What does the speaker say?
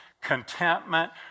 contentment